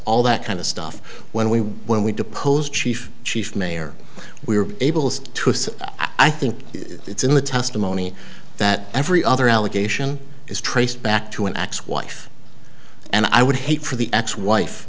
all that kind of stuff when we when we depose chief chief mayer we were able to say i think it's in the testimony that every other allegation is traced back to an x wife and i would hate for the ex wife